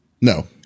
no